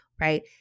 right